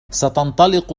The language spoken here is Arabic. ستنطلق